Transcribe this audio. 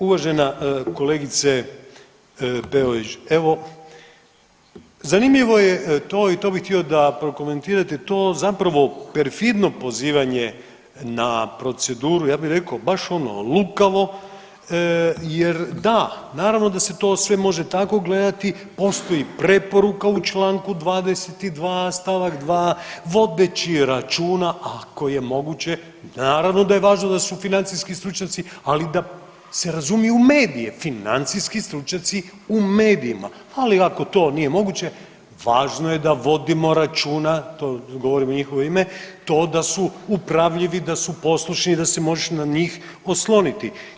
Uvažena kolegice Peović, evo zanimljivo je to i to bih htio da prokomentirate to zapravo perfidno pozivanje na proceduru ja bi rekao baš ono lukavo jer da, naravno da se to sve može tako gledati postoji preporuka u Članku 22. stavak 2. vodeći računa ako je moguće, naravno da je važno da su financijski stručnjaci, ali da se razumiju u medije, financijski stručnjaci u medijima, ali ako to nije moguće važno je da vodimo računa, to govorim u njihovo ime to da su upravljivi, da su poslušni, da se možeš na njih osloniti.